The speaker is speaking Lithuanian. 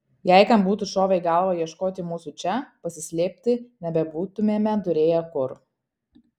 jei kam būtų šovę į galvą ieškoti mūsų čia pasislėpti nebebūtumėme turėję kur